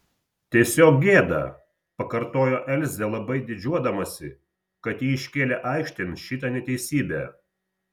tiesiog gėda pakartojo elzė labai didžiuodamasi kad ji iškėlė aikštėn šitą neteisybę